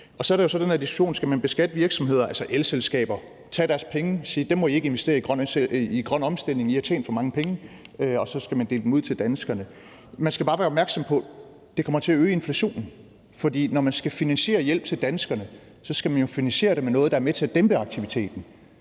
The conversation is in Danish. danskerne. Så er der diskussionen om, om man skal beskatte virksomheder, f.eks. elselskaber, og tage deres penge og sige: Dem må I ikke investere i grøn omstilling; I har tjent for mange penge. Og så skal man dele dem ud til danskerne. Man skal bare være opmærksom på, at det kommer til at øge inflationen, for når man skal finansiere hjælp til danskerne, skal man jo finansiere den med noget, der er med til at dæmpe aktiviteten,